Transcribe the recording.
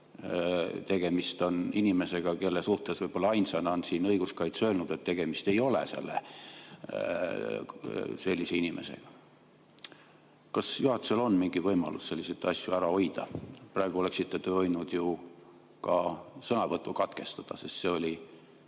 tegemist on inimesega, kelle suhtes võib-olla ainsana siin on õiguskaitse öelnud, et tegemist ei ole sellise inimesega. Kas juhatusel on mingi võimalus selliseid asju ära hoida? Praegu oleksite te võinud ju ka sõnavõtu katkestada, sest see oli